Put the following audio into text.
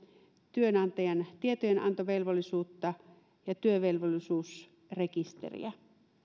työnantajan tietojenantovelvollisuutta ja työvelvollisuusrekisteriä